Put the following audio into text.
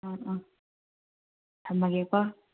ꯑꯥ ꯑꯥ ꯊꯝꯃꯒꯦꯀꯣ